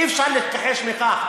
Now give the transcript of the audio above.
אי-אפשר להתכחש לכך.